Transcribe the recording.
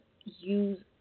use